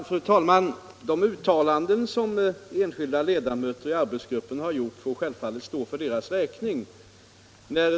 Fru talman! De uttalanden som enskilda ledamöter i arbetsgruppen har gjort får självfallet stå för deras räkning.